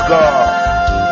God